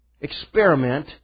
experiment